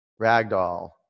ragdoll